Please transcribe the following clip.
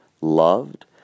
loved